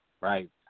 right